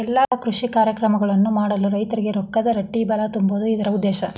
ಎಲ್ಲಾ ಕೃಷಿ ಕಾರ್ಯಕ್ರಮಗಳನ್ನು ಮಾಡಲು ರೈತರಿಗೆ ರೊಕ್ಕದ ರಟ್ಟಿಬಲಾ ತುಂಬುದು ಇದ್ರ ಉದ್ದೇಶ